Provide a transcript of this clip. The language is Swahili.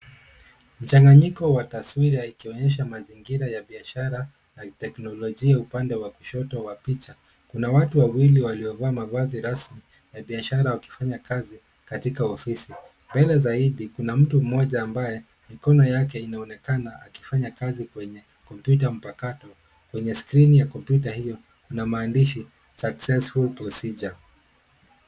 Mchanganyiko wa taswira ikionyesha mazingira ya biashara na teknolojia upande wa kushoto wa picha. Kuna watu wawili waliovaa mavazi rasmi ya biashara wakifanya kazi katika ofisi. Mbele zaidi kuna mtu mmoja ambaye mikono yake inaonekana akifanya kazi kwenye kompyuta mpakato. Kwenye skrini ya kompyuta hiyo, kuna maandishi successful procedure .